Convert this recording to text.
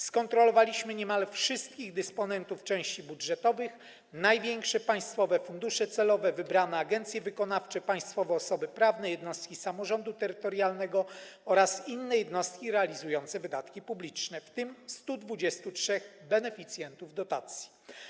Skontrolowaliśmy niemal wszystkich dysponentów części budżetowych, największe państwowe fundusze celowe, wybrane agencje wykonawcze, państwowe osoby prawne, jednostki samorządu terytorialnego oraz inne jednostki realizujące wydatki publiczne, w tym 123 beneficjentów dotacji.